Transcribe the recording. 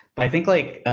i think like,